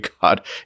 God